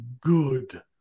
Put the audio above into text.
good